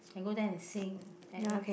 can go there and sing Agnes